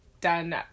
done